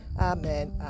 Amen